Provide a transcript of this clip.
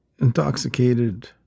intoxicated